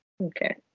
okay